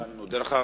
אני מודה לך.